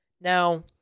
Now